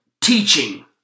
teaching